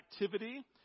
activity